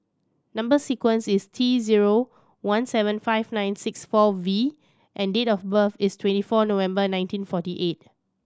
number sequence is T zero one seven five nine six four V and date of birth is twenty four November nineteen forty eight